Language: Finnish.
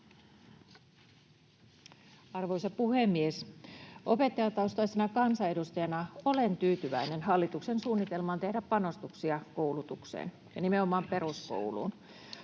Arvoisa puhemies! Opettajataustaisena kansanedustajana olen tyytyväinen hallituksen suunnitelmaan tehdä panostuksia koulutukseen ja nimenomaan peruskouluun.